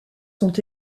sont